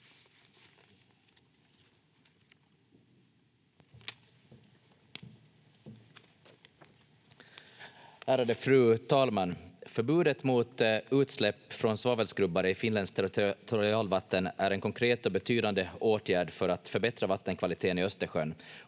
Ärade fru talman! Förbudet mot utsläpp från svavelskrubbare i finländskt territorialvatten är en konkret och betydande åtgärd för att förbättra vattenkvaliteten i Östersjön